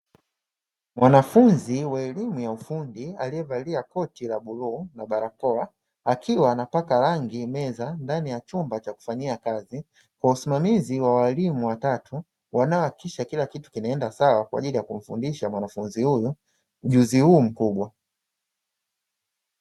Mwanafunzi wa elimu ya ufundi aliyevalia koti la bluu na barakoa akiwa anapaka rangi meza ndani ya chumba cha kufanyia kazi kwa usimamizi wa walimu watatu wanao hakikisha kila kitu kinaenda sawa kwa ajili ya kumfundisha mwanafunzi huyu ujuzi huu mkubwa.